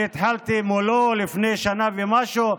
אני התחלתי מולו לפני שנה ומשהו.